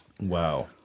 Wow